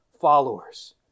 followers